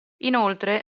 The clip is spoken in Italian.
inoltre